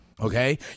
Okay